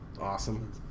awesome